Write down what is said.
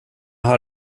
har